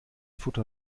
futter